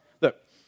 Look